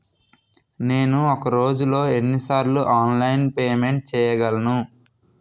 నేను ఒక రోజులో ఎన్ని సార్లు ఆన్లైన్ పేమెంట్ చేయగలను?